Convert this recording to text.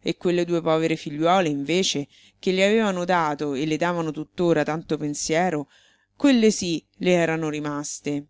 e quelle due povere figliuole invece che le avevano dato e le davano tuttora tanto pensiero quelle sì le erano rimaste